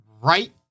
right